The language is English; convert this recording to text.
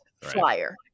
flyer